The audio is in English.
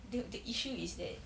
the the issue is that